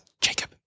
Jacob